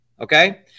okay